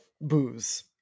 booze